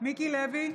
מיקי לוי,